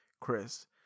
Chris